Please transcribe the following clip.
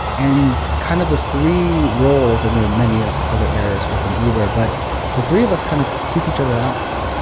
and kind of the three roles and there are many of other areas within uber, but the three of us kind of keep each other honest,